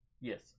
Yes